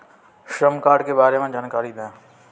श्रम कार्ड के बारे में जानकारी दें?